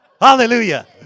hallelujah